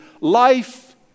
Life